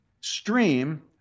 stream